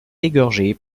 égorgé